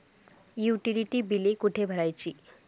Utility बिले कुठे भरायची?